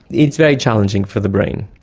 it's very challenging for the brain.